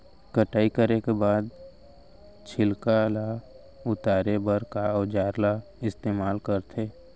कटाई करे के बाद छिलका ल उतारे बर का औजार ल इस्तेमाल करथे?